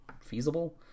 feasible